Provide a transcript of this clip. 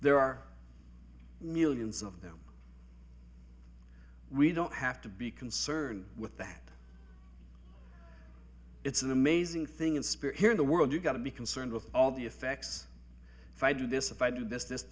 there are millions of them we don't have to be concerned with that it's an amazing thing in spirit here in the world you've got to be concerned with all the effects if i do this if i do this this